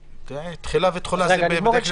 --- תחילה ותחולה זה בדרך כלל בסוף.